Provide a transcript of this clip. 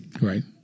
Right